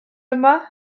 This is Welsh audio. yma